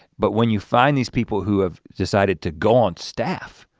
but when you find these people who have decided to go on staff,